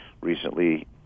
recently